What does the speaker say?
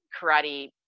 karate